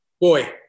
Boy